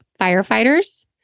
firefighters